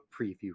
preview